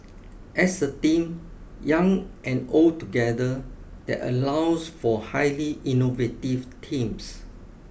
as a team young and old together that allows for highly innovative teams